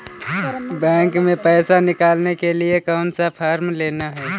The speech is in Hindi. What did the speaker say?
बैंक में पैसा निकालने के लिए कौन सा फॉर्म लेना है?